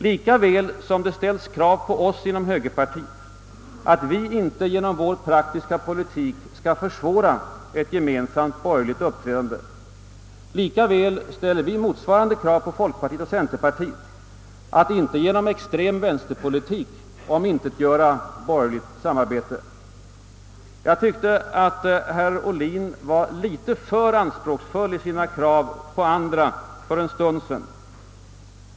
Lika väl som det ställs krav på oss inom högerpartiet att vi inte genom vår praktiska politik skall försvåra ett gemensamt borgerligt uppträdande, lika väl ställer vi motsvarande krav på folkpartiet och centerpartiet att inte genom extrem vänsterpolitik omintetgöra borgerligt samarbete. Jag tyckte att herr Ohlin var litet för anspråksfull i sina krav på andra för en stund sedan.